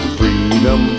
freedom